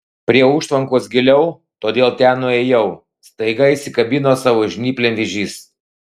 prie užtvankos giliau todėl ten nuėjau staiga įsikabino savo žnyplėm vėžys